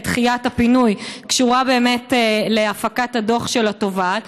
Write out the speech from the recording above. דחיית הפינוי קשורה באמת להפקת הדוח של התובעת?